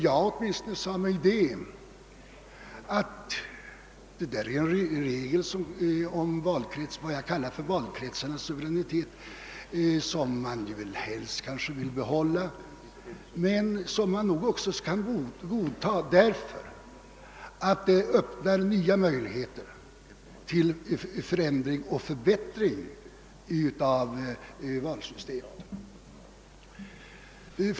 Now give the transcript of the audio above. Jag sade mig att det innebar en avvikelse från vad jag kallar valkretsarnas suveränitet — vilken man kanske helst ville behålla — som man dock kunde godta, därför att den öppnar nya möjligheter till förändring och förbättring av valsystemet i övrigt.